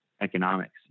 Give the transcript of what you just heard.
economics